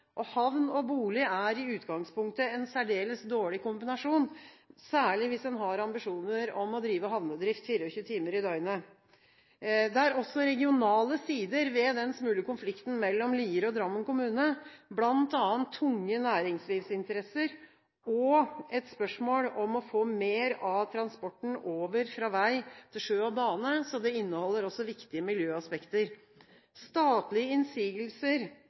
og havn og bolig er i utgangspunktet en særdeles dårlig kombinasjon, særlig hvis en har ambisjoner om å drive havnedrift 24 timer i døgnet. Det er også regionale sider ved den smule konflikten mellom Lier kommune og Drammen kommune, bl.a. tunge næringslivsinteresser og et spørsmål om å få mer av transporten over fra vei til sjø og bane, så det inneholder også viktige miljøaspekter. Statlige innsigelser